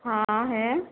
ہاں ہے